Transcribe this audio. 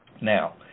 Now